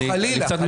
לא, חלילה.